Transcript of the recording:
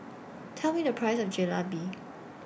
Tell Me The Price of Jalebi